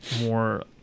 more